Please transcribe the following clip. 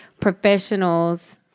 professionals